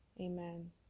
Amen